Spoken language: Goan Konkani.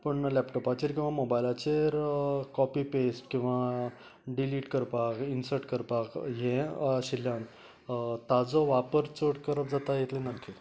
पूण लेपटॉपाचेर किंवां मोबायलाचेर कॉपी पेस्ट किंवा डिलीट करपाक इंन्सर्ट करपाक हे आशिल्ल्यान ताचो वापर चड करप जाता इतले नक्की